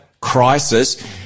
crisis